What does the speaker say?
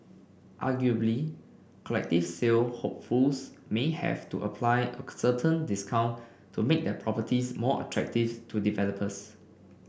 arguably collective sale hopefuls may have to apply a certain discount to make their properties more attractive to developers